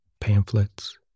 pamphlets